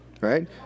Right